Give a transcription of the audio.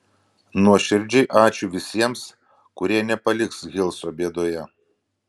nuoširdžiai ačiū visiems kurie nepaliks hilso bėdoje